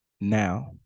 Now